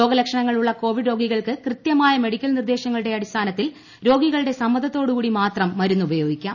രോഗലക്ഷണങ്ങൾ ഉള്ള കോവിഡ് രോഗികൾക്ക് കൃത്യമായ മെഡിക്കൽ ന്നിർദേശങ്ങളുടെ അടി സ്ഥാനത്തിൽ രോഗികളുടെ സമ്മത്ത്ത്തിട്ടുകൂടി മാത്രം മരുന്ന് ഉപയോഗിക്കാം